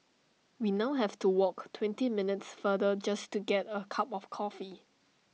we now have to walk twenty minutes farther just to get A cup of coffee